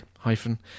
hyphen